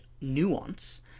nuance